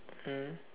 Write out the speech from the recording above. mm